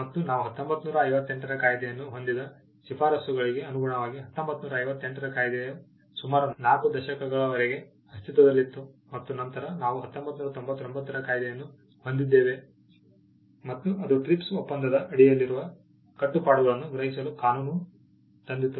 ಮತ್ತು ನಾವು 1958 ರ ಕಾಯ್ದೆಯನ್ನು ಹೊಂದಿದ್ದ ಶಿಫಾರಸುಗಳಿಗೆ ಅನುಗುಣವಾಗಿ 1958 ರ ಕಾಯಿದೆಯು ಸುಮಾರು 4 ದಶಕಗಳವರೆಗೆ ಅಸ್ತಿತ್ವದಲ್ಲಿತ್ತು ಮತ್ತು ನಂತರ ನಾವು 1999 ರ ಕಾಯ್ದೆಯನ್ನು ಹೊಂದಿದ್ದೇವೆ ಮತ್ತು ಅದು TRIPS ಒಪ್ಪಂದದ ಅಡಿಯಲ್ಲಿರುವ ಕಟ್ಟುಪಾಡುಗಳನ್ನು ಗ್ರಹಿಸಲು ಕಾನೂನನ್ನು ತಂದಿತು